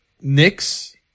Knicks